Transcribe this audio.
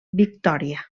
victòria